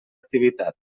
activitat